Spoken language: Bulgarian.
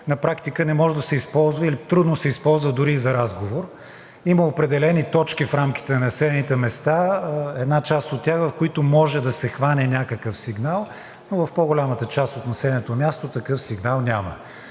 на практика не може да се използва, или трудно се използва дори и за разговор. Има определени точки в рамките на населените места, една част от тях, в които може да се хване някакъв сигнал, но в по-голямата част от населеното място такъв сигнал няма.